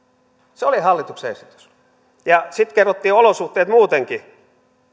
se oli hallituksen esitys ja sitten kerrottiin olosuhteet muutenkin